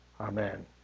Amen